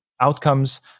outcomes